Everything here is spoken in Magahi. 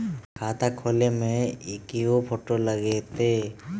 खाता खोले में कइगो फ़ोटो लगतै?